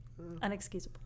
unexcusable